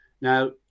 Now